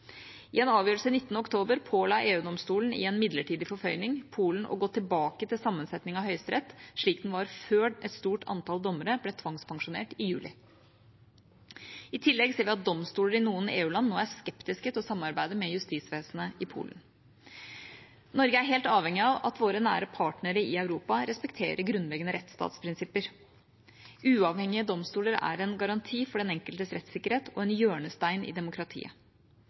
I en avgjørelse 19. oktober påla EU-domstolen i en midlertidig forføyning Polen å gå tilbake til sammensetningen av høyesterett slik den var før et stort antall dommere ble tvangspensjonert i juli. I tillegg ser vi at domstoler i noen EU-land nå er skeptiske til å samarbeide med justisvesenet i Polen. Norge er helt avhengig av at våre nære partnere i Europa respekterer grunnleggende rettsstatsprinsipper. Uavhengige domstoler er en garanti for den enkeltes rettssikkerhet og en hjørnestein i demokratiet.